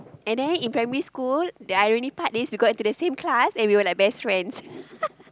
and then in primary school that we were in the same class and we were like best friends